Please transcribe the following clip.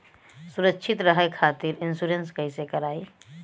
सुरक्षित रहे खातीर इन्शुरन्स कईसे करायी?